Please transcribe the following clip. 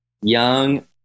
young